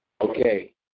Okay